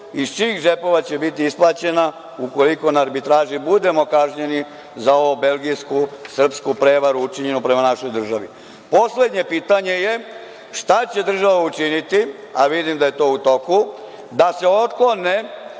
iz čijih džepova će biti isplaćena ukoliko na arbitraži budemo kažnjeni za ovu belgijsko-srpsku prevaru učinjenoj prema našoj državi? Poslednje pitanje je šta će država učiniti, a vidim da je to u toku, da se otklone